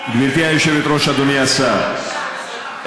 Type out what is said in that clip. אדוני השר,